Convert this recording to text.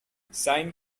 sine